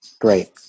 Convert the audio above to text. Great